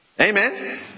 amen